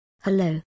Hello